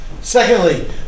Secondly